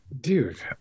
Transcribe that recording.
Dude